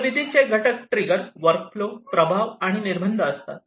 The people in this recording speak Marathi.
गतिविधीचे घटक ट्रिगर वर्कफ्लो प्रभाव आणि निर्बंध असतात